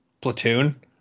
Platoon